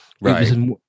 Right